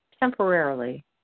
temporarily